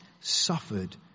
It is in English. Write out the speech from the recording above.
suffered